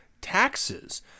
taxes